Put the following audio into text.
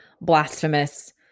blasphemous